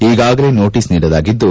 ಈಗಾಗಲೇ ನೋಟಸ್ ನೀಡಲಾಗಿದ್ದು